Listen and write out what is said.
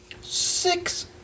Six